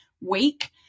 week